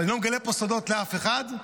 ואני לא מגלה פה סודות לאף אחד,